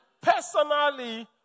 personally